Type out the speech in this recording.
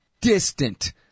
Distant